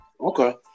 Okay